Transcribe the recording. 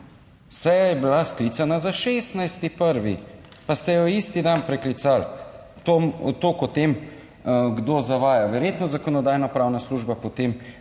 Seja je bila sklicana za 16. 1., pa ste jo isti dan preklicali. Toliko o tem, kdo zavaja, verjetno Zakonodajno-pravna služba potem ni šla